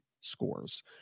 scores